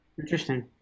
interesting